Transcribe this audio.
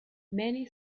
many